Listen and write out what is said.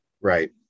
right